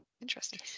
interesting